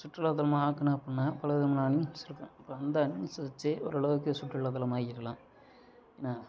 சுற்றுலாத்தலமா ஆக்கணும் அப்படினா பலவிதமான அனிமல்ஸ்சுருக்கும் அந்த அனிமல்ஸ் வச்சு ஓரளவுக்கு சுற்றுலாத்தலமாக ஆக்கியிருக்குலான் ஏன்னா